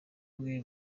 bwe